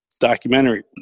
documentary